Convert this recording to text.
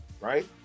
right